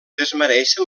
desmereixen